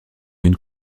une